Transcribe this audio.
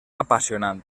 apassionant